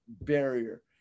barrier